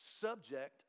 subject